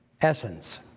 essence